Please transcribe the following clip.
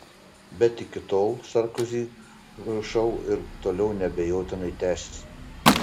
bet iki tol sarkozy šou ir toliau neabejotinai tęsis